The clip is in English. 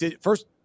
first